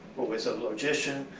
who was a logician,